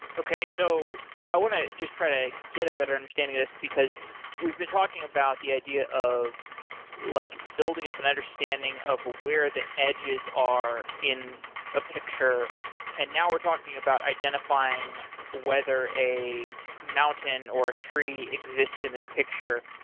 so i want to just try to get a better understanding of this because we've been talking about the idea of like building up and understanding of where the edges are in the ah picture and now were talking about identifying whether a mountain or a tree exists in this picture.